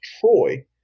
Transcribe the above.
Troy